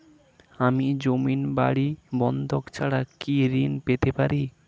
আমি জমি বাড়ি বন্ধক ছাড়া কি ঋণ পেতে পারি?